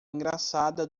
engraçada